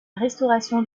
restauration